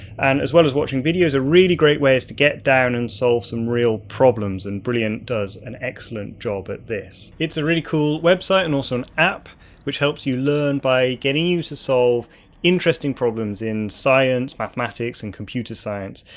and as well as watching videos, a really great way is to get down and solve some real problems. and brilliant does and excellent job at this. it's a really cool website and also an app which helps you learn by getting you to solve interesting problems in science, mathematics and computer science.